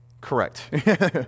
Correct